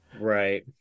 right